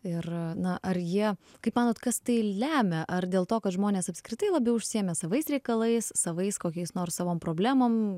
ir na ar jie kaip manote kas tai lemia ar dėl to kad žmonės apskritai labiau užsiėmę savais reikalais savais kokiais nors savom problemom